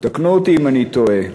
תקנו אותי אם אני טועה,